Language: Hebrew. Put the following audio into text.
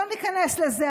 לא ניכנס לזה,